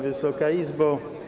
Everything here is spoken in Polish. Wysoka Izbo!